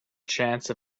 chance